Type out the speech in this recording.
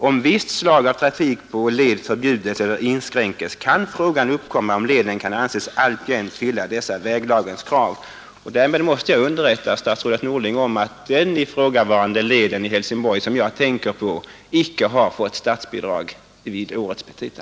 ——— Om visst slag av trafik på en led förbjudes eller inskränkes kan frågan uppkomma om leden kan anses alltjämt fylla dessa väglagens krav.” Och då vill jag underrätta statsrådet Norling om att den led i Helsingborg som jag i detta fall har tänkt på icke har fått statsbidrag i årets petita.